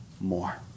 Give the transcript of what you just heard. more